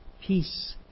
Peace